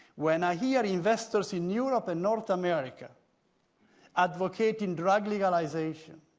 when i hear investors in europe and north america advocating drug legalization